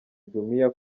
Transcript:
jumia